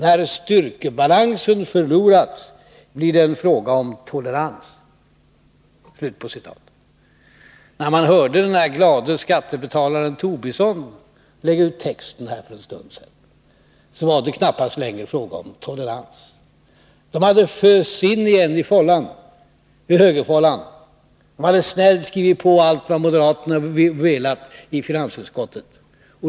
När styrkebalansen förlorats blir det en fråga om tolerans.” När jag här för en stund sedan hörde den glade skattebetalaren Lars Tobisson lägga ut texten, kunde jag konstatera att det knappast längre var fråga om tolerans. Mittenpartierna hade igen fösts in i högerfållan och i finansutskottet snällt skrivit på allt vad moderaterna velat.